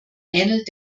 ähnelt